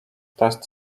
test